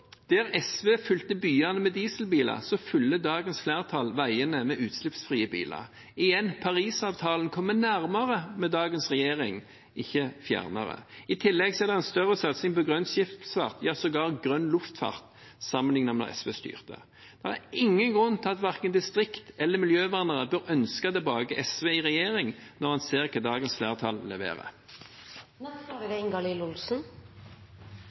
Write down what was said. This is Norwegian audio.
der SV fylte byene med dieselbiler, fyller dagens flertall veiene med utslippsfrie biler. Igjen: Parisavtalens mål kommer nærmere med dagens regjering, ikke fjernere. I tillegg er det en større satsing på grønn skipsfart og sågar grønn luftfart, sammenlignet med da SV styrte. Det er ingen grunn til at verken distrikter eller miljøvernere bør ønske SV tilbake i regjering når en ser hva dagens flertall leverer. Dette er